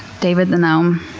david, the gnome.